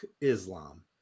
Islam